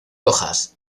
hojas